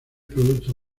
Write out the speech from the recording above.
producto